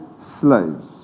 slaves